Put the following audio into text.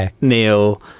Neil